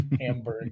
Hamburg